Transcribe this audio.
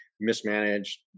mismanaged